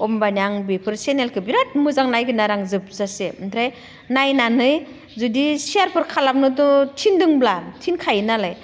होमबानिया आं बेफोर चेनेलखो बिराद मोजां नायगोन आरो आं जोबजासे ओमफ्राय नायनानै जुदि शेयारफोर खालामनोथ' थिनदोंब्ला थिनखायोनालाय